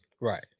Right